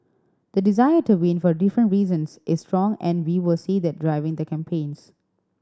the desire to win for different reasons is strong and we will see that driving the campaigns